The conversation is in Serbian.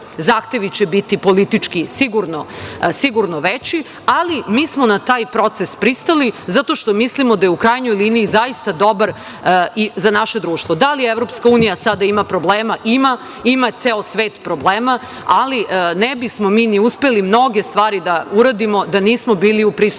zahtevi će biti politički sigurno veći, ali mi smo na taj proces pristali zato što mislimo da u krajnjoj liniji zaista dobar za naše društvo. Da li EU sada ima problema? Ima, ima ceo svet problema, ali ne bismo mi ni uspeli mnoge stvari da uradimo da nismo bili u pristupnom